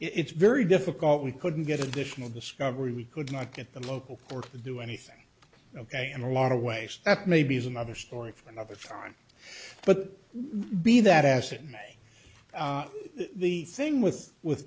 would it's very difficult we couldn't get additional discovery we could not get the local work to do anything ok in a lot of ways that maybe is another story for another time but be that as it may the thing with with